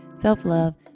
self-love